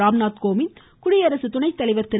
ராம்நாத் கோவிந்த் குடியரசு துணைத்தலைவர் திரு